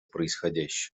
происходящее